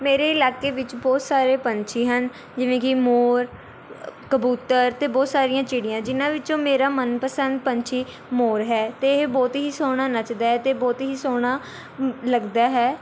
ਮੇਰੇ ਇਲਾਕੇ ਵਿੱਚ ਬਹੁਤ ਸਾਰੇ ਪੰਛੀ ਹਨ ਜਿਵੇਂ ਕਿ ਮੋਰ ਕਬੂਤਰ ਅਤੇ ਬਹੁਤ ਸਾਰੀਆਂ ਚਿੜੀਆਂ ਜਿਨ੍ਹਾਂ ਵਿੱਚੋਂ ਮੇਰਾ ਮਨਪਸੰਦ ਪੰਛੀ ਮੋਰ ਹੈ ਅਤੇ ਇਹ ਬਹੁਤ ਹੀ ਸੋਹਣਾ ਨੱਚਦਾ ਹੈ ਅਤੇ ਬਹੁਤ ਹੀ ਸੋਹਣਾ ਲੱਗਦਾ ਹੈ